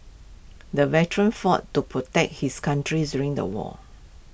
the veteran fought to protect his country during the war